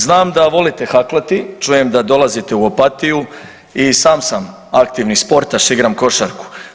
Znam da volite haklati, čujem da dolazite u Opatiju i sam sam aktivni sportaš, igram košarku.